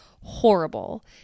horrible